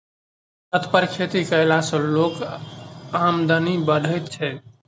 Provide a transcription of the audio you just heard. छत पर खेती कयला सॅ लोकक आमदनी बढ़ैत छै